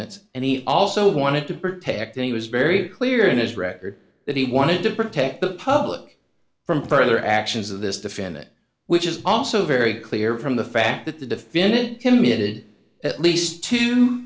he also wanted to protect and he was very clear in his record that he wanted to protect the public from further actions of this defendant which is also very clear from the fact that the defendant committed at least two